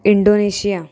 Indonesia